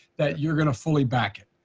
that you're going to fully back it.